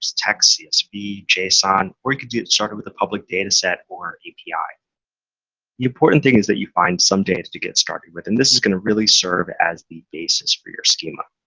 text, csv, json, or you could get started with a public dataset or api. the important thing is that you find some data to get started with and this is going to really serve as the basis for your schema.